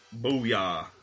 Booyah